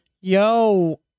yo